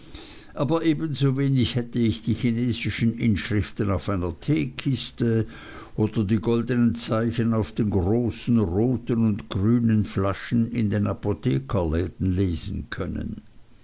aber ebensowenig hätte ich die chinesischen inschriften auf einer teekiste oder die goldnen zeichen auf den großen roten und grünen flaschen in den apothekerläden lesen können